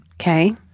Okay